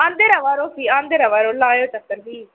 औंदे र'वै रो फ्ही औंदे र'वा रो फ्ही लाएओ चक्कर फ्ही